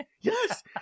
yes